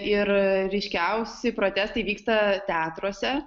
ir ryškiausi protestai vyksta teatruose